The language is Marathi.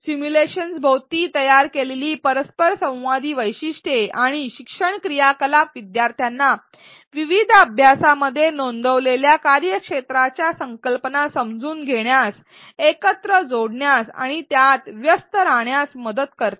सिम्युलेशनभोवती तयार केलेली परस्परसंवादी वैशिष्ट्ये आणि शिक्षण क्रियाकलाप विद्यार्थ्यांना विविध अभ्यासामध्ये नोंदवलेल्या कार्यक्षेत्राच्या संकल्पना समजून घेण्यात एकत्र जोडण्यास आणि त्यात व्यस्त राहण्यास मदत करतात